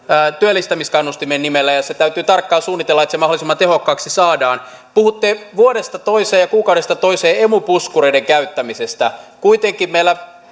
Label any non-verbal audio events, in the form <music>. työllistämiskannustimen nimellä se täytyy tarkkaan suunnitella että se mahdollisimman tehokkaaksi saadaan puhutte vuodesta toiseen ja kuukaudesta toiseen emu puskureiden käyttämisestä kuitenkin meillä <unintelligible>